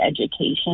education